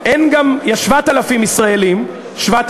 אין כמעט יהודים שם.